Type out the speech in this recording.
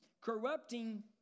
corrupting